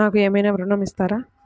నాకు ఏమైనా ఋణం ఇస్తారా?